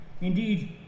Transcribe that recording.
Indeed